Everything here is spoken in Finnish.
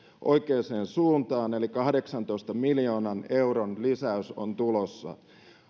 suuntaan eli kahdeksantoista miljoonan euron lisäys on tulossa